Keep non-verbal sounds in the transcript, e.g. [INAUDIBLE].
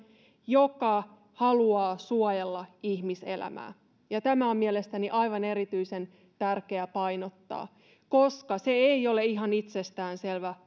joka haluaa suojella ihmiselämää ja tätä on mielestäni aivan erityisen tärkeää painottaa koska se ei ole ihan itsestäänselvä [UNINTELLIGIBLE]